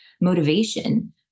motivation